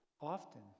often